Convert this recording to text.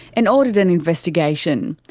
and ordered an investigation.